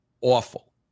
awful